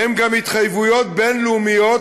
הן גם התחייבויות בין-לאומיות